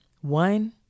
one